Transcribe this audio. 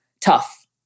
tough